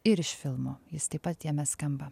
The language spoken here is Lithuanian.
ir iš filmo jis taip pat jame skamba